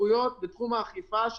מהסמכויות בתחום האכיפה,